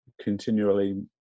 continually